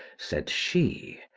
said she,